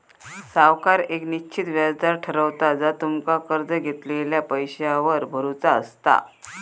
सावकार येक निश्चित व्याज दर ठरवता जा तुमका कर्ज घेतलेल्या पैशावर भरुचा असता